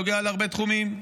נוגע להרבה תחומים,